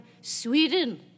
Sweden